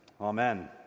Amen